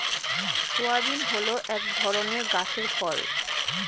soybean হল এক ধরনের গাছের ফল